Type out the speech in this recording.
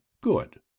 good